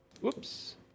Whoops